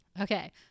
Okay